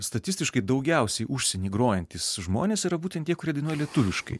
statistiškai daugiausiai užsieny grojantys žmonės yra būtent tie kurie dainuoja lietuviškai